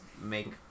make